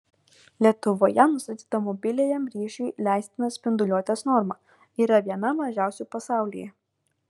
lietuvoje nustatyta mobiliajam ryšiui leistina spinduliuotės norma yra viena mažiausių pasaulyje